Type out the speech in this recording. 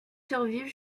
survivent